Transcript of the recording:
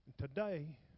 Today